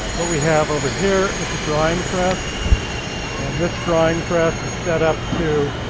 what we have over here is a drying press and this drying press is set up to